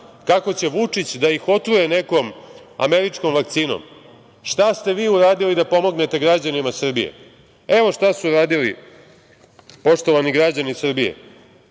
kako će Vučić da ih otruje nekom američkom vakcinom - šta ste vi uradili da pomognete građanima Srbije? Evo šta su uradili poštovani građani Srbije,